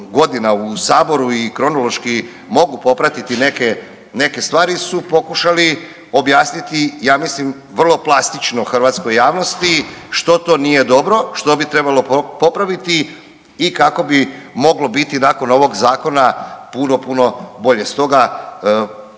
godina u Saboru i kronološki mogu popratiti neke stvari su pokušali objasniti ja mislim vrlo plastično hrvatskoj javnosti što to nije dobro, što bi trebalo popraviti i kako bi moglo biti nakon ovog zakona puno, puno bolje. Stoga